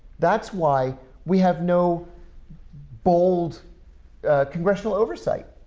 that's why we have no bold congressional oversight.